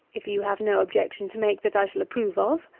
if you have no objection to make that i shall approve of.